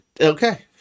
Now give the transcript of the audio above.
okay